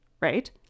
right